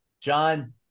John